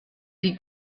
die